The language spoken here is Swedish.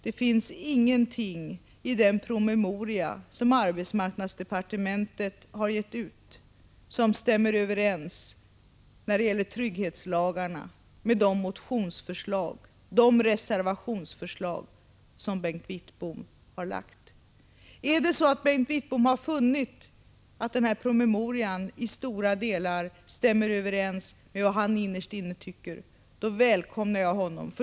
Det finns ingenting i den promemoria som arbetsmarknadsdepartementet har gett ut som i fråga om trygghetslagarna stämmer överens med de motionsförslag och de reservationsförslag som Bengt Wittbom har lagt fram. Är det så att Bengt Wittbom har funnit att promemorian i stora delar stämmer överens med vad han innerst inne tycker, så välkomnar jag honom.